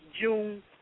June